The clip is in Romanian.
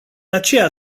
aceea